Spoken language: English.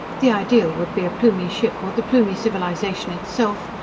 the ideal would be a plumie ship or the plumie civilization itself,